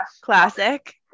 Classic